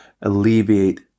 alleviate